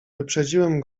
wyprzedziłem